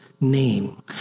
name